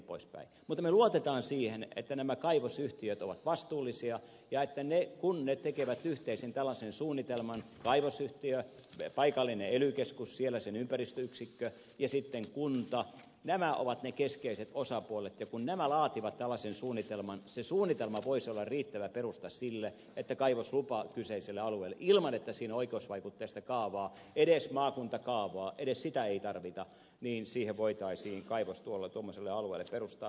mutta me luotamme siihen että nämä kaivosyhtiöt ovat vastuullisia ja että kun ne tekevät tällaisen yhteisen suunnitelman kaivosyhtiö paikallinen ely keskus siellä sen ympäristöyksikkö ja sitten kunta nämä ovat ne keskeiset osapuolet kun nämä laativat tällaisen suunnitelman se suunnitelma voisi olla riittävä perusta sille että kaivoslupa kyseiselle alueelle ilman että siinä on oikeusvaikutteista kaavaa edes maakuntakaavaa edes sitä ei tarvita annettaisiin että voitaisiin kaivos tuommoiselle alueelle perustaa